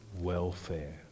welfare